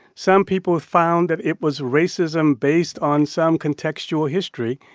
some people found that it was racism based on some contextual history,